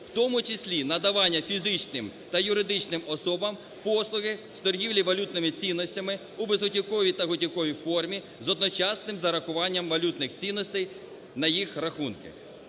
"в тому числі надавання фізичним та юридичним особам послуги з торгівлі валютними цінностями у безготівковій та готівковій формі з одночасним зарахуванням валютних цінностей на їх рахунки".